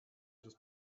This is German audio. etwas